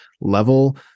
level